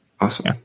Awesome